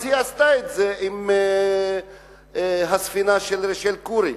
אז היא עשתה את זה לגבי הספינה "רייצ'ל קורי".